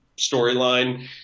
storyline